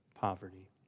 poverty